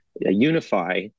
unify